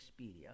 Expedia